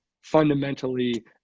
fundamentally